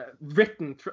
written